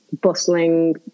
bustling